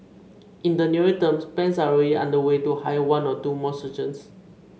in the nearer term plans are already underway to hire one or two more surgeons